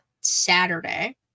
saturday